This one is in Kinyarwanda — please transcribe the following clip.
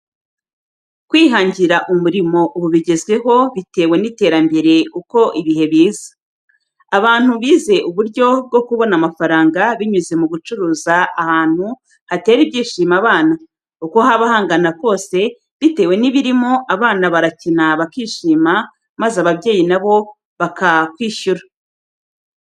Kwihangira umurimo ubu bigezweho bitewe n’iterambere uko ibihe biza, abantu bize uburyo bwo kubona amafaranga binyuze mu gucuruza ahantu hatera ibyishimo abana, uko haba hangana kose bitewe n’ibirimo abana barakina bakishima, maze ababyeyi na bo bakakwishyura.